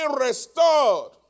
restored